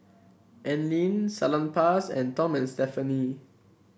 Anlene Salonpas and Tom amnd Stephanie